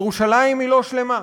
ירושלים היא לא שלמה,